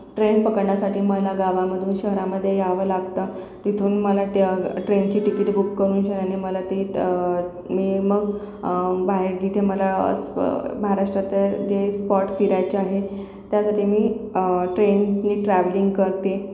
train पकडण्यासाठी मला गावामधून शहरामध्ये यावं लागतं तिथून मला ट ट्रेनची तिकीट बूक करून जे हायनी मला ते मी मग बाहेर जिथे मला स्प महाराष्ट्रात जे स्पॉट फिरायचं आहे त्यासाठी मी ट्रेननी ट्रॅव्लिंग करते